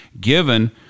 given